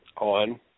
on